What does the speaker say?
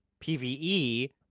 PVE